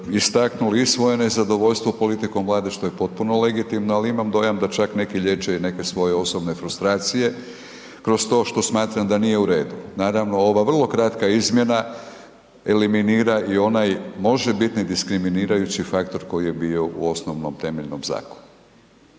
istaknuli i svoje nezadovoljstvo politikom Vlade što je potpuno legitimno ali imam dojam da čak neki liječe i neke svoje osobne frustracije kroz to što smatram da nije u redu. Naravno, ova vrlo kratka izmjena eliminira i onaj možebitni diskriminirajući faktor u osnovnom temeljenom zakonu.